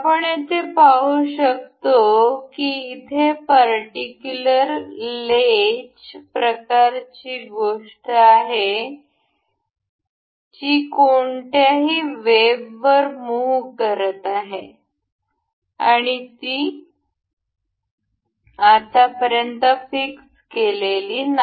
आपण येथे पाहू शकतो की इथे पर्टिक्युलर लेच प्रकारची गोष्ट आहे जी कोणत्याही वेबवर मूह करत आहे आणि ती आतापर्यंत फिक्स केलेली नाही